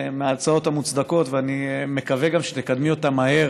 מההצעות המוצדקות, ואני גם מקווה שתקדמי אותה מהר